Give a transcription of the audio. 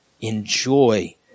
Enjoy